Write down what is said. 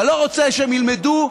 אתה לא רוצה שהם ילמדו,